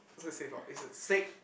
not say face ah is a stake